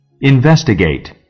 Investigate